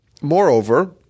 Moreover